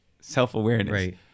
self-awareness